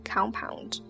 Compound